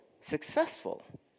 successful